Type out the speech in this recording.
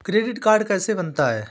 Credit card कैसे बनता है?